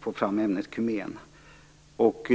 få fram ämnet kumen.